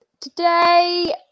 today